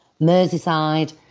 Merseyside